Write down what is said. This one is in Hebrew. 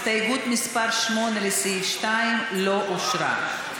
הסתייגות מס' 8, לסעיף 2, לא אושרה.